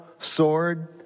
sword